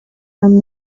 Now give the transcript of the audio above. from